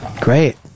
Great